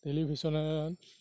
টেলিভিছনে